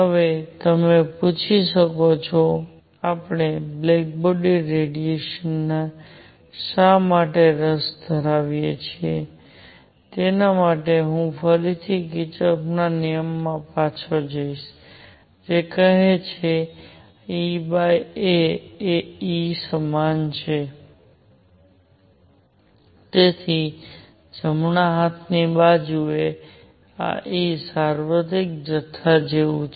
હવે તમે પૂછી શકો છો આપણે બ્લેક બોડી ના રેડિયેશન માં શા માટે રસ ધરાવીએ છીએ તેના માટે હું ફરીથી કિર્ચોફના નિયમમાં પાછો જઈશ જે કહે છે કે ea એ E સમાન છે તેથી જમણા હાથની બાજુએ આ E સાર્વત્રિક જથ્થા જેવું છે